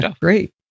great